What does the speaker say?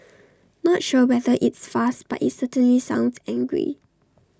not sure whether it's fast but IT certainly sounds angry